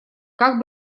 как